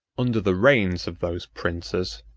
under the reigns of those princes,